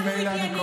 ענייניים.